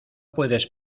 puedes